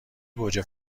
گوجه